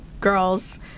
girls